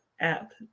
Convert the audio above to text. app